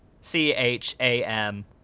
C-H-A-M